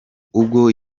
ubwo